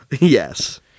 Yes